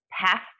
path